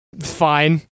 fine